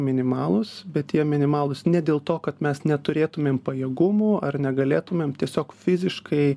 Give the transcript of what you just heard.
minimalūs bet jie minimalūs ne dėl to kad mes neturėtumėm pajėgumų ar negalėtumėm tiesiog fiziškai